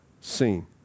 seen